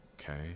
Okay